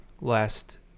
last